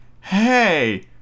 hey